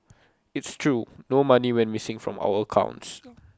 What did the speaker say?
it's true no money went missing from our accounts